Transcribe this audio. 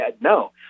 no